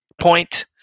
point